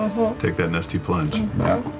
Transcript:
take that nasty plunge.